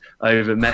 over